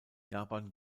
japan